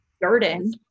burden